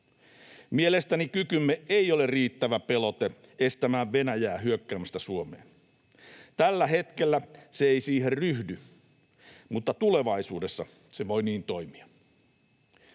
Mielestäni kykymme ei ole riittävä pelote estämään Venäjää hyökkäämästä Suomeen. Tällä hetkellä se ei siihen ryhdy, mutta tulevaisuudessa se voi niin toimia.